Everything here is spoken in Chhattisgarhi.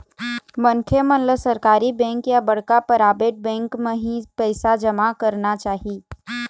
मनखे मन ल सरकारी बेंक या बड़का पराबेट बेंक म ही पइसा जमा करना चाही